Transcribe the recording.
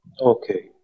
Okay